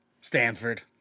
Stanford